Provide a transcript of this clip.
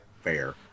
Fair